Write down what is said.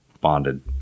bonded